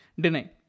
Deny